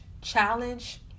challenge